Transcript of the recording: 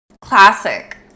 classic